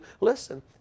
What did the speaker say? listen